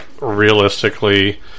realistically